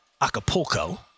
Acapulco